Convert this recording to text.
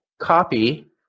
copy